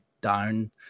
down